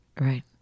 Right